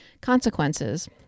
consequences